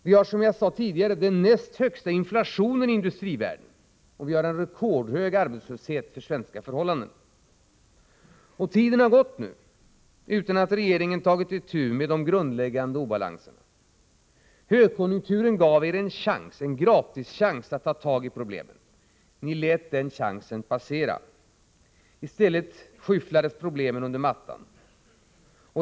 Vi har, som jag sade tidigare, den näst högsta inflationen i industrivärlden, och vi har en rekordhög arbetslöshet för svenska förhållanden. Tiden har gått, utan att regeringen har tagit itu med de grundläggande obalanserna. Högkonjunkturen gav er en gratischans att ta tag i problemen. Ni lät den chansen passera. I stället skyfflades problemen under mattan.